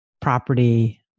property